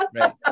right